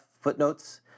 footnotes